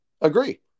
Agree